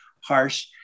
harsh